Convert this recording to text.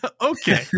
okay